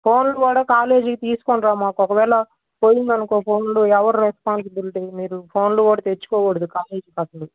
ఫోన్లు కూడా కాలేజీకి తీసుకోని రామాకు ఒకవేళ పోయిందనుకో ఫోన్లు ఎవ్వరు రెస్పాన్సిబులిటీ మీరు ఫోన్లు కూడా తెచ్చుకోకూడదు కాలేజ్కి అప్పుడు